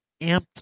amped